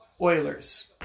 Oilers